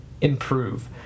improve